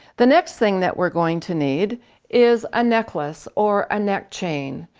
the next thing that we're going to need is a necklace or a neck chain.